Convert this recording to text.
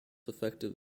effective